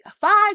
five